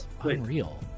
unreal